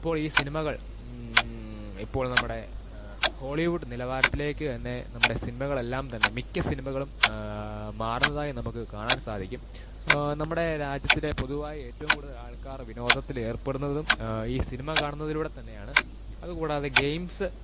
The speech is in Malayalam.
ഇപ്പോൾ ഈ സിനിമകൾ ഇപ്പോൾ നമ്മുടെ ഹോളിവുഡ് നിലവാരത്തിലേക്ക് തന്നെ നമ്മുടെ സിനിമകളെല്ലാം തന്നെ മിക്ക സിനിമകളും മാറുന്നതായി നമുക്ക് കാണാൻ സാധിക്കും നമ്മുടെ രാജ്യത്തിലെ പൊതുവായി ഏറ്റവും കൂടുതൽ ആൾക്കാർ വിനോദത്തിൽ ഏർപ്പെടുന്നതും ഈ സിനിമ കാണുന്നതിലൂടെ തന്നെയാണ് അതുകൂടാതെ ഗെയിംസ്